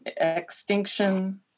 extinction